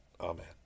Amen